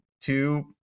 two